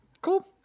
Cool